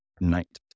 night